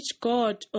God